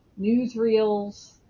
newsreels